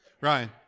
Ryan